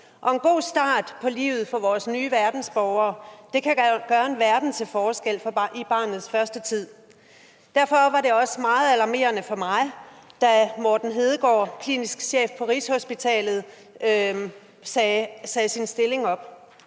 og en god start på livet for vores nye verdensborgere kan jo gøre en verden til forskel i barnets første tid. Derfor var det også meget alarmerende for mig, da Morten Hedegaard, klinisk chef på Rigshospitalets fødeafdeling, sagde sin stilling op.